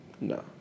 No